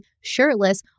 shirtless